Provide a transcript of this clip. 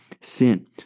sin